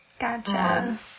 Gotcha